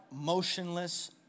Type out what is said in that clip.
motionless